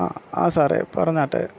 ആ ആ സാറേ പറഞ്ഞാട്ടെ